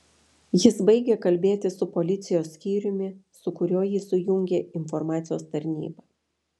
jis baigė kalbėti su policijos skyriumi su kuriuo jį sujungė informacijos tarnyba